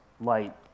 light